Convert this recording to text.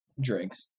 drinks